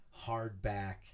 hardback